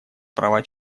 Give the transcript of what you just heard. права